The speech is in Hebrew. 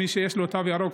מי שיש לו תו ירוק,